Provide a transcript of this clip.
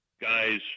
guys